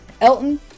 Elton